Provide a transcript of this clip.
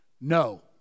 No